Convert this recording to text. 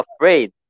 afraid